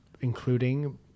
including